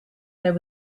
there